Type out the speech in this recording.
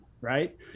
right